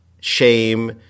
shame